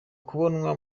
kubonwa